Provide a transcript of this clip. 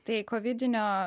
tai kovidinio